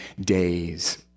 days